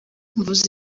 mvuze